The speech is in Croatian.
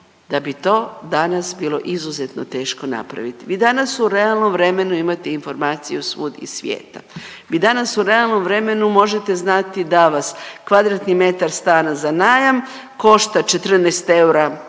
da bi to danas bilo izuzetno teško napraviti. Vi danas u realnom vremenu imate informaciju svud iz svijeta, vi danas u realnom vremenu možete znati da vas kvadratni metar stana za najam košta 14 eura,